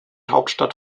hauptstadt